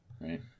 right